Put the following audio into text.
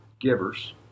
givers